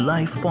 Life